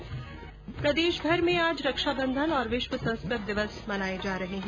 ्र प्रदेशभर में आज रक्षा बंधन और विश्व संस्कृत दिवस मनाए जा रहे हैं